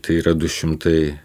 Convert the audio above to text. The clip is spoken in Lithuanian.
tai yra du šimtai